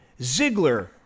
Ziggler